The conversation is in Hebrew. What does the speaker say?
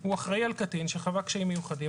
הוא אחראי על קטין שחווה קשיים מיוחדים,